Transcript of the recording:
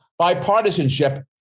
bipartisanship